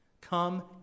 Come